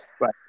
right